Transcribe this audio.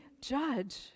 judge